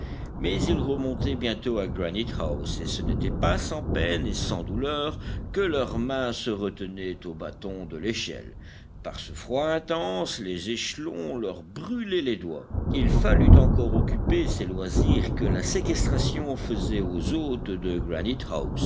mais ils remontaient bientôt à granite house et ce n'était pas sans peine et sans douleur que leurs mains se retenaient aux bâtons de l'échelle par ce froid intense les échelons leur brûlaient les doigts il fallut encore occuper ces loisirs que la séquestration faisait aux hôtes de